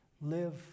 Live